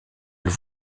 elle